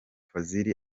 fazil